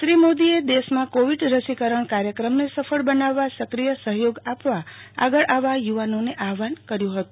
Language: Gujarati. શ્રી મોદીએ દેશમાં કોવિડ રસીકરણ કાર્યક્રમને સફળ બનાવવા સક્રિય સહ્યોગ આપવા આગળ આવવા યુવાનોને આહવાન કર્યું હતું